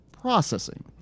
processing